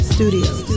Studios